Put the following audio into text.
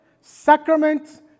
sacraments